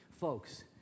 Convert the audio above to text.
Folks